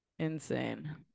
Insane